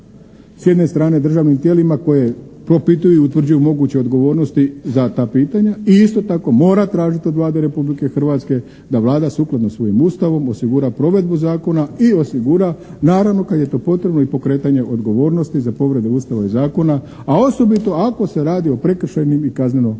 s jedne strane državnim tijelima koje propituju i utvrđuju moguće odgovornosti za ta pitanja i isto tako mora tražiti od Vlade Republike Hrvatske da Vlada sukladno svojim Ustavom osigura provedbu zakona i osigura naravno kada je to potrebno i pokretanje odgovornosti za povrede Ustava i zakona, a osobito ako se radi o prekršajnim i kaznenopravnim